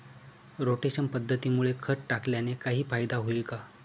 Rotation पद्धतीमुळे खत टाकल्याने काही फायदा होईल का?